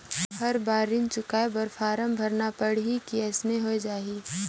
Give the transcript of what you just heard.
हर बार ऋण चुकाय बर फारम भरना पड़ही की अइसने हो जहीं?